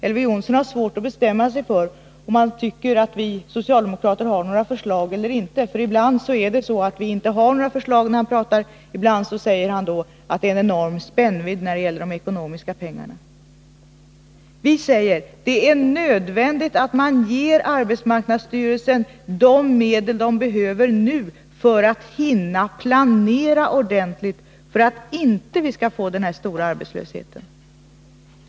Elver Jonsson har svårt att bestämma sig för om han tycker att vi socialdemokrater har några förslag eller inte. Ibland är det så att vi inte har några förslag, ibland säger han att det är en enorm spännvidd när det gäller pengarna. Vi säger: Det är nödvändigt att man ger arbetsmarknadsstyrelsen de medel den behöver nu för att hinna planera ordentligt, så att vi inte skall få denna stora arbetslöshet.